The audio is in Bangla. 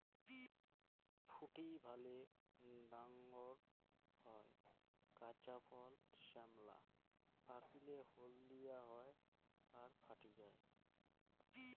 ফুটি ভালে ডাঙর হয়, কাঁচা ফল শ্যামলা, পাকিলে হলদিয়া হয় আর ফাটি যায়